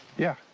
yeah.